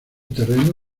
terreno